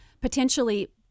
potentially